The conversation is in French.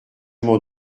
m’en